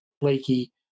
flaky